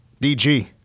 DG